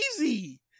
easy